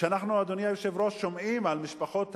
וכשאנחנו שומעים על משפחות העוני,